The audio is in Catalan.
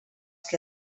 que